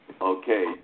okay